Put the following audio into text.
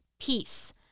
peace